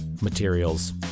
materials